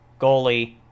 goalie